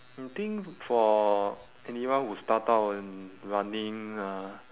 I think for anyone who start out in running uh